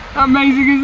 amazing!